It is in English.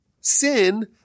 sin